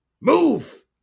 move